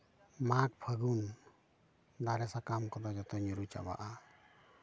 ᱢᱟᱜᱷ ᱯᱷᱟᱹᱜᱩᱱ ᱫᱟᱨᱮ ᱥᱟᱠᱟᱢ ᱠᱚᱫᱚ ᱡᱚᱛᱚ ᱧᱩᱨᱩ ᱪᱟᱵᱟᱜᱼᱟ